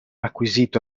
acquisito